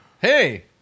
Hey